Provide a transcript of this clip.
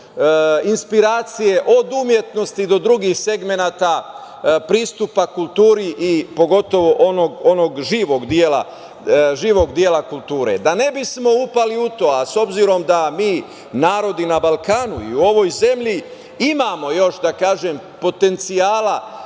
inspiracije od umetnosti do drugih segmenata, pristupa kulturi i pogotovo onog živog dela kulture. Da ne bismo upali u to, a s obzirom da mi, narodi na Balkanu i u ovoj zemlji imamo još, da